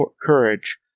courage